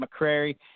McCrary